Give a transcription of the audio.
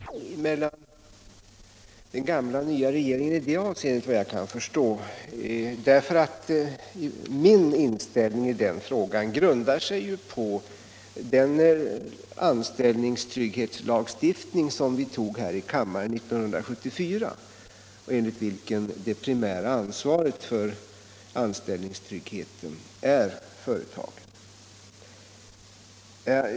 Herr talman! Jag noterar att fru Radesjö och jag tydligen är överens i en viktig fråga i det här sammanhanget, nämligen att företaget har att ta ansvar för sysselsättningen. Det är ingen ideologisk skillnad mellan 93 den gamla och den nya regeringen i det avseendet, vad jag kan förstå. Min inställning i den frågan grundar sig på den anställningstrygghetslagstiftning som vi beslutade om här i kammaren 1974 och enligt vilken det primära ansvaret för anställningstryggheten vilar på företaget.